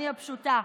אני הפשוטה: